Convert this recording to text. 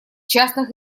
частных